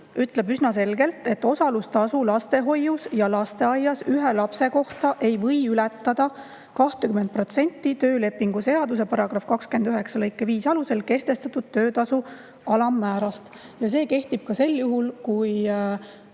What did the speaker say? ütleb üsna selgelt, et osalustasu lastehoius ja lasteaias ühe lapse kohta ei või ületada 20% töölepingu seaduse § 29 lõike 5 alusel kehtestatud töötasu alammäärast. Ja see kehtib ka sel juhul, kui